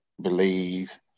believe